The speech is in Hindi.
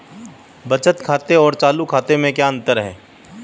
बचत खाते और चालू खाते में क्या अंतर है?